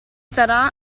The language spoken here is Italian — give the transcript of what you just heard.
sarà